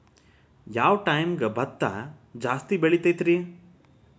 ಯಾವ ಟೈಮ್ಗೆ ಭತ್ತ ಜಾಸ್ತಿ ಬೆಳಿತೈತ್ರೇ?